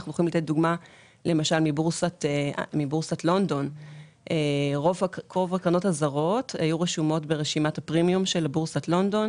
כמו למשל שאת רוב הקרנות הזרות בבורסת לונדון